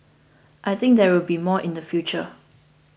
I think there will be more in the future